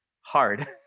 hard